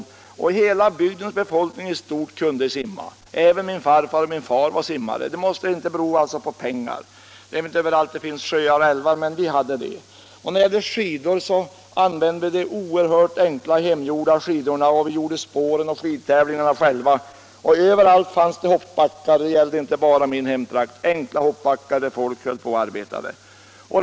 I stort sett hela bygdens befolkning kunde simma; även min farfar och min far var simmare. Det beror alltså inte på pengar. Det är väl inte överallt det finns sjöar och älvar, men vi hade det. När det gällde skidor använde vi oerhört enkla hemgjorda skidor, och vi gjorde spåren och skidtävlingarna själva. Överallt fanns det enkla hoppbackar — det gäller inte bara min hemtrakt — där folk höll på och arbetade och idrottade.